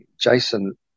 Jason